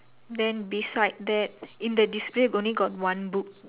then beside that in the display only got one book